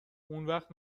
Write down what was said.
اونوقت